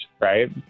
right